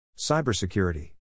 Cybersecurity